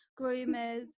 groomers